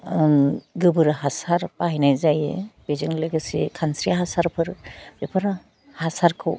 ओंम गोबोर हासार बाहायनाय जायो बेजों लोगोसे खानस्रि हासारफोर बेफोर हासारखौ